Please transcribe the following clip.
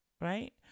right